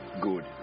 good